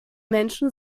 menschen